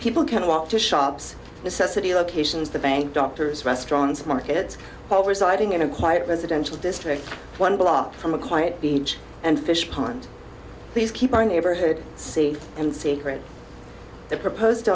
people can walk to shops necessity locations the bank doctors restaurants markets over siding in a quiet residential district one block from a quiet beach and fish pond please keep on neighborhood see in secret the proposed